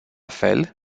fel